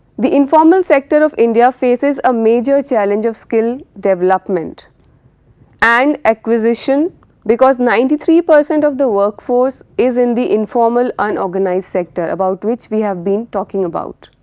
the informal sector of india faces a major challenge of skill development and acquisition because ninety three percent of the work force is in the informal unorganised sector, about which we have been talking about.